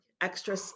extra